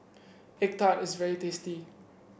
egg tart is very tasty